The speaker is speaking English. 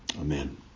amen